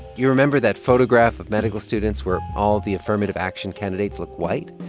you remember that photograph of medical students where all the affirmative action candidates look white?